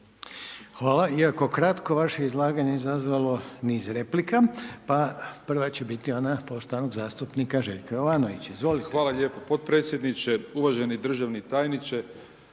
Hvala, iako kratko vaše izlaganje je izazvalo niz replika, pa prva će biti ona poštovanog zastupnika Željka Jovanović. Izvolite. **Jovanović, Željko (SDP)** Hvala lijepo podpredsjedniče, uvaženi državni tajniče.